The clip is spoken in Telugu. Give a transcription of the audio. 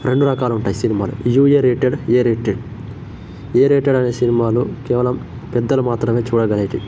రెండు రకాలుంటాయి సినిమాలు UA rated A rated A rated అనే సినిమాలు కేవలం పెద్దలు మాత్రమే చూడగలిగేటి